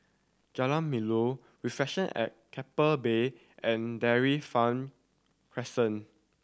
Jalan Melor Reflection at Keppel Bay and Dairy Farm Crescent